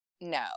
no